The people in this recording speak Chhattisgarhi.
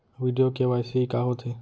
वीडियो के.वाई.सी का होथे